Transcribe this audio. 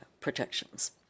protections